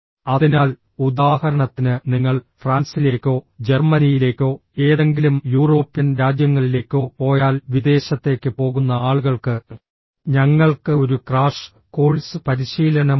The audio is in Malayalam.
അതിനാൽ ഉദാഹരണത്തിന് നിങ്ങൾ ഫ്രാൻസിലേക്കോ ജർമ്മനിയിലേക്കോ ഏതെങ്കിലും യൂറോപ്യൻ രാജ്യങ്ങളിലേക്കോ പോയാൽ വിദേശത്തേക്ക് പോകുന്ന ആളുകൾക്ക് ഞങ്ങൾക്ക് ഒരു ക്രാഷ് കോഴ്സ് പരിശീലനമുണ്ട്